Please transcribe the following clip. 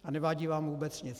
A nevadí vám vůbec nic.